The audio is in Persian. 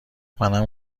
منم